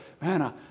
man